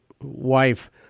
wife